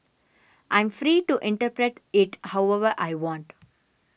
I'm free to interpret it however I want